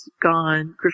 gone